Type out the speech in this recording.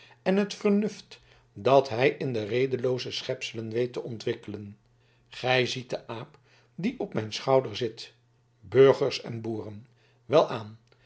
en het vernuft dat hij in de redelooze schepselen weet te ontwikkelen gij ziet den aap die op mijn schouder zit burgers en boeren welaan